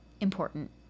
important